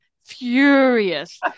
furious